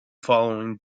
following